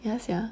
ya sia